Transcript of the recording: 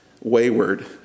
wayward